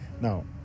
Now